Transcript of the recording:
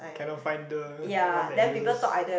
cannot find the one that uses